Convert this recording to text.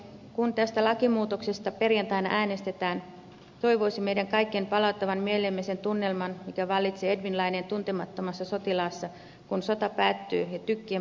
kun tästä lakimuutoksesta perjantaina äänestetään toivoisin meidän kaikkien palauttavan mieleemme sen tunnelman mikä vallitsi edvin laineen tuntemattomassa sotilaassa kun sota päättyy ja tykkien pauhu loppuu